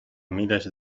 miles